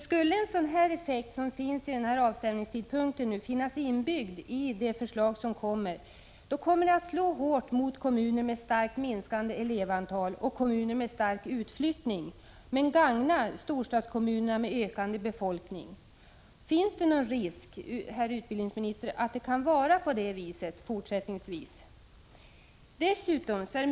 Skulle en sådan effekt som avstämningstidpunkten få finnas inbyggd i det förslag som väntas, då kommer det att slå hårt mot kommuner med starkt minskande elevantal och stor utflyttning men gagna storstadskommuner med ökande befolkning. Finns det någon risk, herr utbildningsminister, för att det kan förhålla sig så fortsättningsvis?